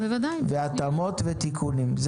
התאמות ותיקונים.